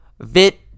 vit